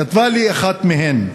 כתבה לי אחת מהן: